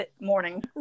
morning